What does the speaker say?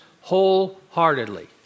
wholeheartedly